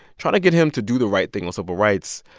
trying to get him to do the right thing on civil rights.